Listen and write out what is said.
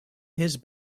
his